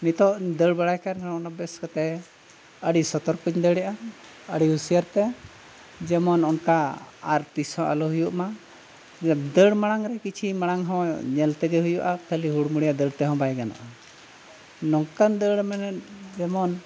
ᱱᱤᱛᱳᱜ ᱤᱧ ᱫᱟᱹᱲ ᱵᱟᱲᱟᱭ ᱠᱟᱱ ᱨᱮᱦᱚᱸ ᱚᱱᱟ ᱵᱮᱥ ᱠᱟᱛᱮ ᱟᱹᱰᱤ ᱥᱚᱛᱚᱨᱠᱚᱧ ᱫᱟᱹᱲᱮᱜᱼᱟ ᱟᱹᱰᱤ ᱦᱩᱥᱭᱟᱨ ᱛᱮ ᱡᱮᱢᱚᱱ ᱚᱱᱠᱟ ᱟᱨ ᱛᱤᱥ ᱦᱚᱸ ᱟᱞᱚ ᱦᱩᱭᱩᱜ ᱢᱟ ᱫᱟᱹᱲ ᱢᱟᱲᱟᱝ ᱨᱮ ᱠᱤᱪᱷᱩ ᱢᱟᱲᱟᱝ ᱦᱚᱸ ᱧᱮᱞ ᱛᱮᱜᱮ ᱦᱩᱭᱩᱜᱼᱟ ᱠᱷᱟᱹᱞᱤ ᱦᱩᱲ ᱢᱩᱲᱤᱭᱟ ᱫᱟᱹᱲ ᱛᱮᱦᱚᱸ ᱵᱟᱭ ᱜᱟᱱᱚᱜᱼᱟ ᱱᱚᱝᱠᱟᱱ ᱫᱟᱹᱲ ᱢᱟᱱᱮ ᱡᱮᱢᱚᱱ